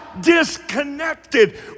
disconnected